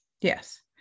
Yes